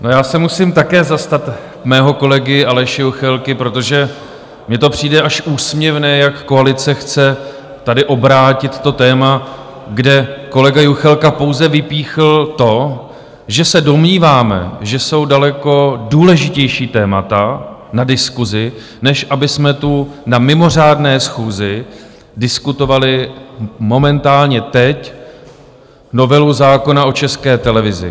No, já se musím také zastat mého kolegy Aleše Juchelky, protože mně to přijde až úsměvné, jak koalice chce tady obrátit to téma, kde kolega Juchelka pouze vypíchl to, že se domníváme, že jsou daleko důležitější témata na diskusi, než abychom tu na mimořádné schůzi diskutovali momentálně teď novelu zákona o České televizi.